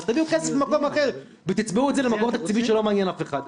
אז תביאו כסף ממקום אחר ותצבעו את זה למקור תקציבי שלא מעניין אף אחד.